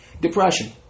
depression